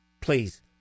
please